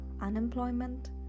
unemployment